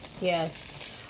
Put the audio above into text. Yes